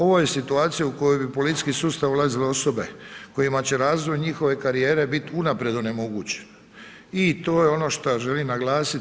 Ovo je situacija u kojoj bi u policijski sustav ulazile osobe kojima će razvoj njihove karijere biti unaprijed onemogućeno i to je ono što želim naglasiti.